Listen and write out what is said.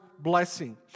blessing